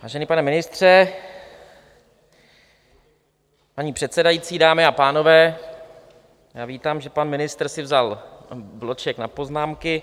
Vážený pane ministře, paní předsedající, dámy a pánové, já vítám, že pan ministr si vzal bloček na poznámky.